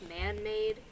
man-made